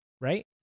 Right